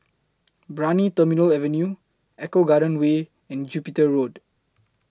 Brani Terminal Avenue Eco Garden Way and Jupiter Road